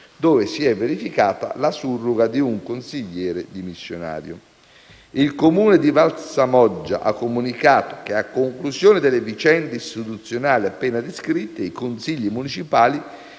dove si è verificata la surroga di un consigliere dimissionario. Il Comune di Valsamoggia ha comunicato, che, a conclusione delle vicende istituzionali appena descritte, i consigli municipali